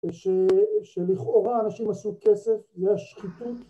‫שלכאורה אנשים עשו כסף, ‫יש שחיתות.